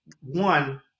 one